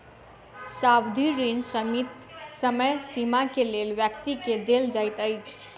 सावधि ऋण सीमित समय सीमा के लेल व्यक्ति के देल जाइत अछि